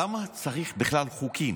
למה צריך בכלל חוקים?